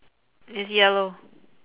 it's yellow